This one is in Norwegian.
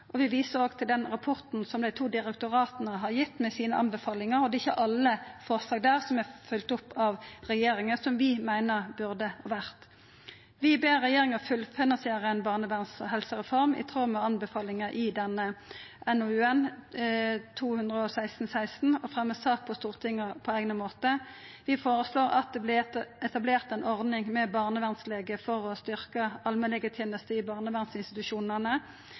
og vi viser òg til den rapporten som dei to direktorata har gitt, med sine anbefalingar. Det er ikkje alle forslaga der som er vortne følgde opp av regjeringa, som vi meiner burde ha vore det. Vi ber regjeringa fullfinansiera ei barnevernshelsereform, i tråd med anbefalinga i NOU 2016:16, og fremjar ei sak til Stortinget på eigna måte. Vi føreslår at det vert etablert ei ordning med barnevernslege, for å styrkja allmennlegetenesta i barnevernsinstitusjonane.